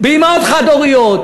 באימהות חד-הוריות,